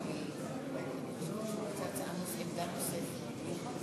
כנסת נכבדה, ביחס